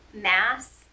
mass